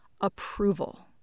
approval